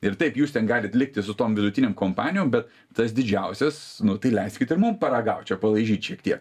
ir taip jūs ten galit likti su tom vidutinėm kompanijom bet tas didžiausias nu tai leiskit ir mum paragaut čia palaižyt šiek tiek